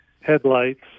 headlights